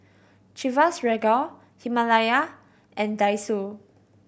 Chivas Regal Himalaya and Daiso